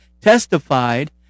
testified